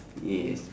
yes